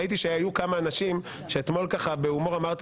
ראיתי שהיו כמה אנשים שאתמול ככה בהומור אמרתי